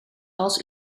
als